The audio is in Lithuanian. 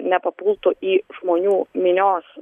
nepapultų į žmonių minios